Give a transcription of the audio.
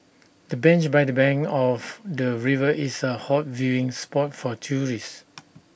the bench by the bank of the river is A hot viewing spot for tourists